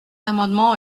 amendement